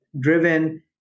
driven